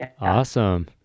Awesome